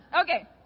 Okay